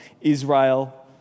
Israel